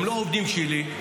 הם לא עובדים שלי.